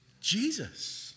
Jesus